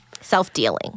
Self-dealing